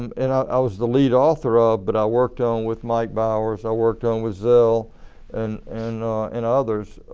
um and i i was the lead author of, but i worked on with mike bowers, i worked on with zell and and and others